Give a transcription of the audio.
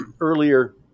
earlier